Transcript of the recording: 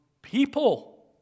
People